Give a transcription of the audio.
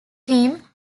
team